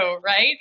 right